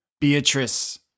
Beatrice